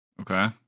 Okay